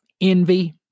envy